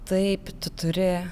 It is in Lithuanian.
taip tu turi